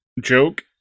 joke